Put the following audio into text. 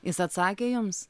jis atsakė jums